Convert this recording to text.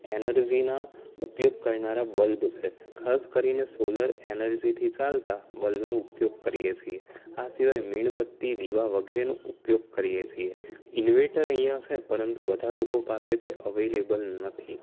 એનર્જીના ઉપયોગ કરનારા બલ્બ છે ખાસ કરીને સોલાર એનર્જીથી ચાલતા બલ્બનો ઉપયોગ કરીએ છીએ આ સિવાય મીણબત્તી દિવા વગેરેનો ઉપયોગ કરીયે છીએ ઈન્વેટર અહીંયા છે પરંતુ બધા લોકો પાસે તે અવેલેબલ નથી